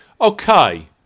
Okay